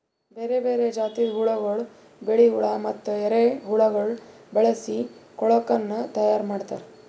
ಬೇರೆ ಬೇರೆ ಜಾತಿದ್ ಹುಳಗೊಳ್, ಬಿಳಿ ಹುಳ ಮತ್ತ ಎರೆಹುಳಗೊಳ್ ಬಳಸಿ ಕೊಳುಕನ್ನ ತೈಯಾರ್ ಮಾಡ್ತಾರ್